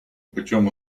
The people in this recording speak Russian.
путем